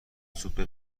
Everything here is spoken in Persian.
سوپ